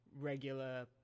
regular